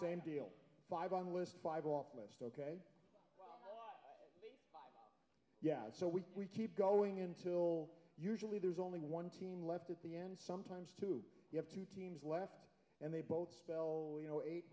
same deal five on list five off list ok yeah so we we keep going until usually there's only one team left at the end sometimes two you have two teams left and they both spell you know eight